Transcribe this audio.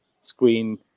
screen